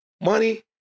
money